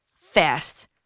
fast